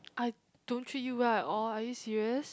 I don't treat you well at all are you serious